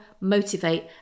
motivate